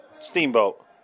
Steamboat